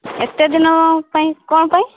ଏତେ ଦିନ ପାଇଁ କ'ଣ ପାଇଁ